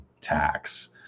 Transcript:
tax